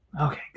Okay